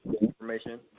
information